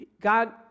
God